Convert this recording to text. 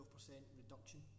reduction